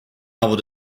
able